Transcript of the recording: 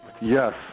Yes